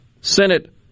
Senate